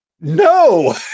No